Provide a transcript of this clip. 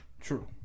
true